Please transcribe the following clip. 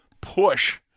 push